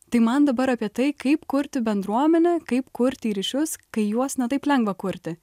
tai man dabar apie tai kaip kurti bendruomenę kaip kurti ryšius kai juos ne taip lengva kurti